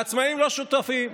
העצמאים לא שותפים.